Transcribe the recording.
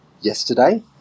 yesterday